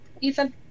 Ethan